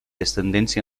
ascendència